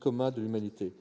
communs de l'humanité.